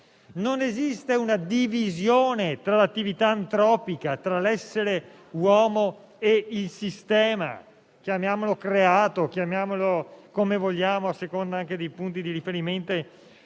non esiste una divisione tra l'attività antropica, tra l'essere uomo e il sistema, chiamiamolo creato o come vogliamo, a seconda dei punti di riferimento